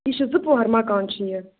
یہِ چھُ زٕ پۅہر مَکان چھُ یہِ